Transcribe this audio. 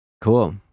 Cool